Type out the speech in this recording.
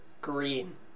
green